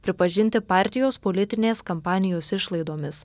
pripažinti partijos politinės kampanijos išlaidomis